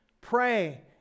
pray